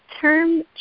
term